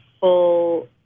full